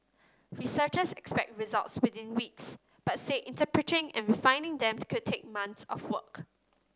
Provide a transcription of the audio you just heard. researchers expect results within weeks but say interpreting and refining them could take months of work